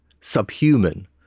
subhuman